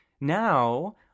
Now